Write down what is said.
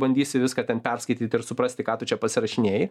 bandysi viską ten perskaityt ir suprasti ką tu čia pasirašinėji